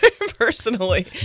personally